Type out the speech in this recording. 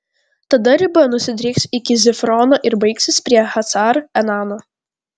tada riba nusidrieks iki zifrono ir baigsis prie hacar enano